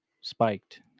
spiked